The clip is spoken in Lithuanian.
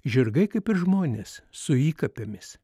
žirgai kaip ir žmonės su įkapėmis